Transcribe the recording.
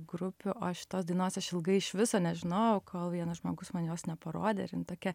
grupių o šitos dainos aš ilgai iš viso nežinojau kol vienas žmogus man jos neparodė ir jin tokia